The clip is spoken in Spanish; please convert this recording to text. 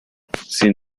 sin